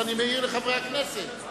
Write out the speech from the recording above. אז אני מעיר לחברי הכנסת.